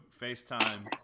facetime